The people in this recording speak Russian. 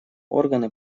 органы